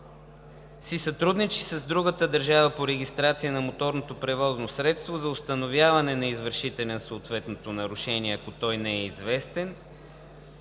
си сътрудничи с другата държава – по регистрация на моторното превозно средство, за установяване на извършителя на съответното нарушение, ако той не е известен,